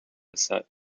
set